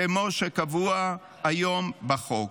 כמו שקבוע היום בחוק.